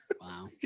Wow